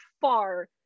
far